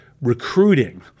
recruiting